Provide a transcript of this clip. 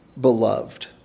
beloved